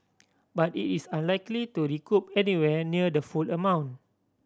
but it is unlikely to recoup anywhere near the full amount